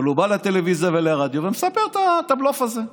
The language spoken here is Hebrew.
אבל הוא בא לטלוויזיה ולרדיו ומספר את הבלוף הזה,